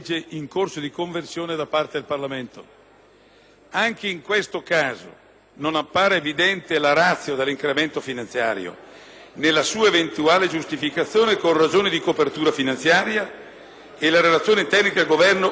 Anche in questo caso non appare evidente la *ratio* dell'incremento finanziario, né la sua eventuale giustificazione con ragioni di copertura finanziaria e la Relazione tecnica del Governo omette di fornire indicazioni al riguardo.